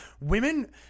Women